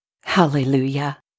Hallelujah